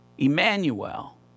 Emmanuel